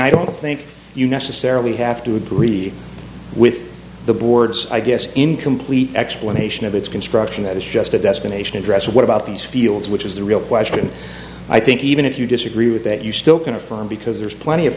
i don't think you necessarily have to agree with the boards i guess incomplete explanation of its construction that is just a destination address what about these fields which is the real question i think even if you disagree with that you still can affirm because there's plenty of